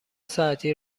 ساعتی